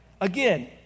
Again